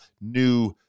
new